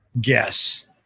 guess